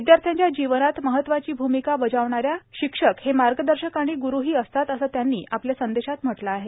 विद्याथ्र्यांच्या जीवनात महत्वाची भूमिका बजावणाऱ्या शिक्षक हे मार्गदर्शक आणि ग्रूही असतात असं त्यांनी आपल्या संदेशात म्हटलं आहे